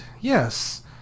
yes